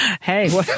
Hey